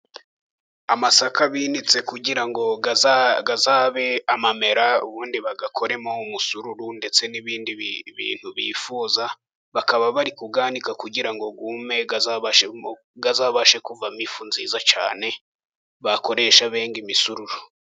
Amasaka binitse kugira ngo azabe amamera ubundi bayakoremo umusururu ndetse n'ibindi bintu bifuza, bakaba bari kuyanika kugira ngo yume azabashe kuvamo ifu nziza cyane bakoresha benga imisururu.